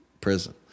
prison